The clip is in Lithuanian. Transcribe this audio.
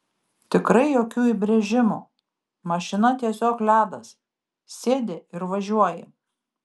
tikrai jokių įbrėžimų mašina tiesiog ledas sėdi ir važiuoji